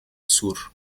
sur